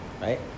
right